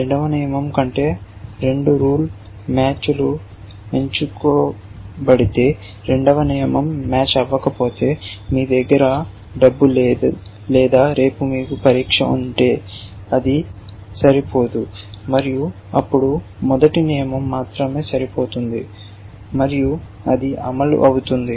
రెండవ నియమం కంటే రెండు రూల్ మ్యాచ్లు ఎంచుకోబడితే రెండవ నియమం మ్యాచ్ అవ్వకపోతే మీ దగ్గర డబ్బు లేదు లేదా రేపు మీకు పరీక్ష ఉంటే అది సరిపోదు మరియు అప్పుడు మొదటి నియమం మాత్రమే సరిపోతుంది మరియు అది అమలు అవుతుంది